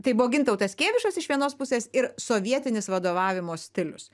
tai buvo gintautas kėvišas iš vienos pusės ir sovietinis vadovavimo stilius